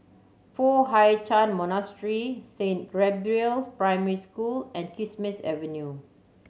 Foo Hai Ch'an Monastery Saint Gabriel's Primary School and Kismis Avenue